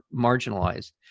marginalized